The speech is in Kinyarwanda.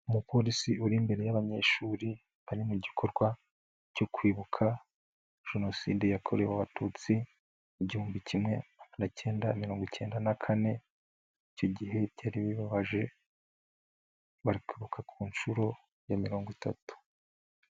Umupolisi uri imbere y'abanyeshuri, bari mu gikorwa cyo kwibuka Jenoside yakorewe Abatutsi, igihumbi kimwe magana icyenda mirongo icyenda na kane, icyo gihe byari bibabaje, bari kwibuka ku nshuro ya mirongo itatu.